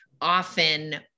often